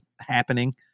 happening